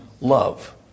love